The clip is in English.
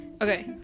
Okay